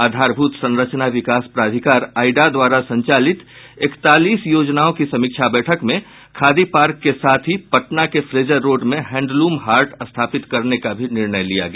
आधारभूत संरचना विकास प्राधिकारआइडा द्वारा संचालित इकतालीस योजनाओं की समीक्षा बैठक में खादी पार्क के साथ ही पटना के फेजर रोड में हैंडलूम हार्ट स्थापित करने का भी निर्णय लिया गया